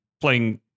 playing